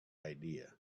idea